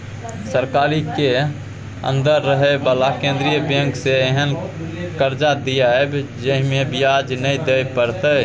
सरकारी केर अंदर रहे बला केंद्रीय बैंक सँ एहेन कर्जा दियाएब जाहिमे ब्याज नै दिए परतै